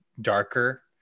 darker